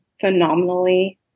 phenomenally